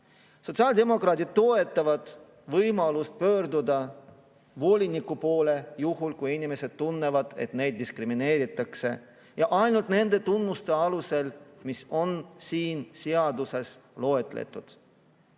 Sotsiaaldemokraadid toetavad võimalust pöörduda voliniku poole juhul, kui inimesed tunnevad, et neid diskrimineeritakse, ja ainult nende tunnuste alusel, mis on siin seaduses loetletud.